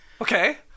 Okay